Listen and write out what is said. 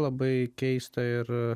labai keista ir